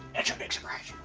it's a big surprise.